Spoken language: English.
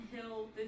Hill